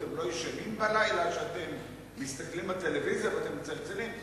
אתם לא ישנים בלילה שאתם מסתכלים בטלוויזיה ומצלצלים?